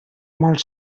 molt